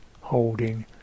holding